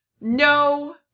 no